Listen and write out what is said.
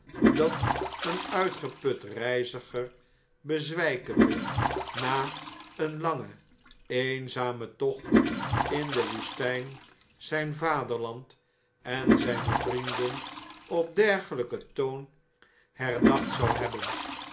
dat een uitgeput reiziger bezwijkende na een langen eenzamen tocht in de woestjjn zijn vaderland en zijne vrienden op dergeln'ken toon herdacht zou hebben